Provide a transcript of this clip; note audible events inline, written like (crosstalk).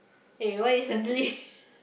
eh why you suddenly (laughs)